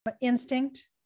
instinct